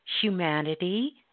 humanity